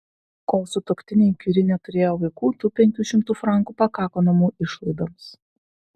kol sutuoktiniai kiuri neturėjo vaikų tų penkių šimtų frankų pakako namų išlaidoms